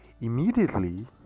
immediately